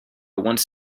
wants